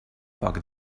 foc